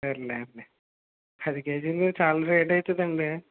సర్లే అండి పది కేజీలు చాలా రేట్ అవుతుంది అండి